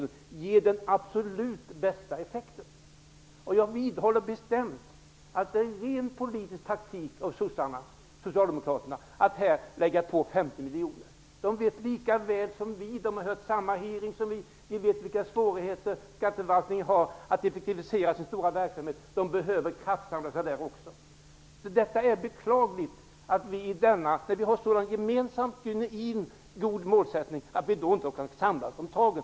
Det ger den absolut bästa effekten. Jag vidhåller bestämt att det är rent politisk taktik av Socialdemokraterna att här lägga på 50 miljoner. Socialdemokraterna vet lika väl som vi -- de har ju lyssnat på samma hearing som vi -- vilka svårigheter skatteförvaltningen har när det gäller effektiviseringen av dess stora verksamhet. Det behövs en kraftsamling också där. Vi har ju en gemensam och genuint fin målsättning. Därför är det beklagligt att vi inte har kunnat enas om tagen.